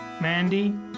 Mandy